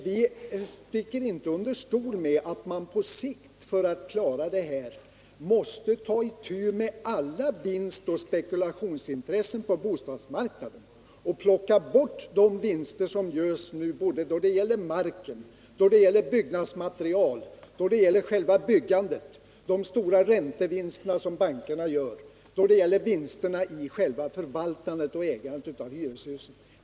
Vi sticker inte under stol med att man på sikt måste ta itu med alla vinstoch spekulationsintressen på bostadsmarknaden och eliminera de vinster som nu görs när det gäller mark, byggnadsmaterial, själva byggandet, bankernas stora räntevinster samt vinsterna av själva förvaltandet och ägandet av hyreshusen.